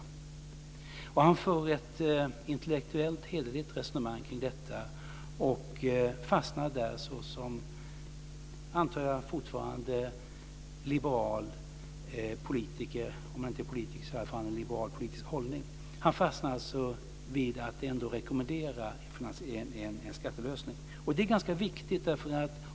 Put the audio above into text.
Bengt Westerberg för ett intellektuellt och hederligt resonemang kring detta och fastnar där såsom fortfarande liberal - antar jag, om inte som liberal politiker så i alla fall med en liberal hållning - vid att ändå rekommendera en skattelösning. Det är ganska viktigt.